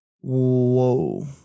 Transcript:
whoa